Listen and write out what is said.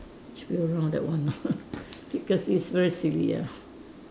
should be around that one lah because it's very silly ah